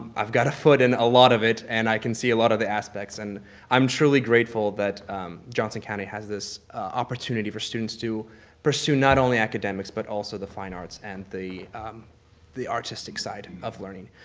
i've got a foot in and a lot of it and i can see a lot of the aspects and i'm truly grateful that johnson county has this opportunity for students to pursue not only academics, but also the fine arts and the the artistic side of learning.